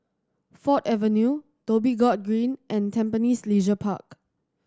Ford Avenue Dhoby Ghaut Green and Tampines Leisure Park